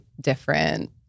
different